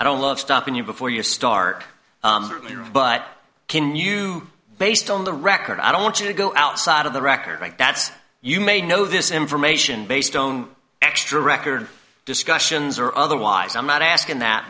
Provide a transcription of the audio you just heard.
i don't love stopping you before you start but can you based on the record i don't want you to go outside of the record like that you may know this information based on extra record discussions or otherwise i'm not asking that